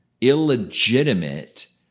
illegitimate